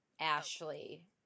Ashley